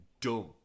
dumb